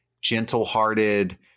gentle-hearted